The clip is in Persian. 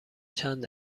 چند